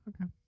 Okay